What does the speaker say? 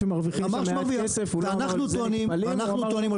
ואנחנו טוענים,